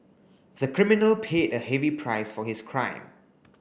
the criminal paid a heavy price for his crime